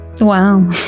Wow